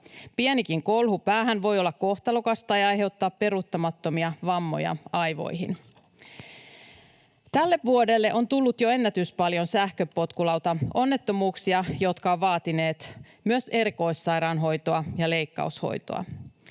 Pienikin kolhu päähän voi olla kohtalokas tai aiheuttaa peruuttamattomia vammoja aivoihin. Tälle vuodelle on tullut jo ennätyspaljon sähköpotkulautaonnettomuuksia, jotka ovat vaatineet myös erikoissairaanhoitoa ja leikkaushoitoa.